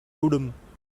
duden